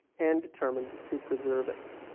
and determined to preserve it.